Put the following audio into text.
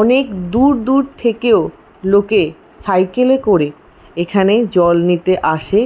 অনেক দূর দূর থেকেও লোকে সাইকেলে করে এখানে জল নিতে আসে